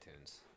iTunes